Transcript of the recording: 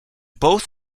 both